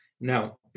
Now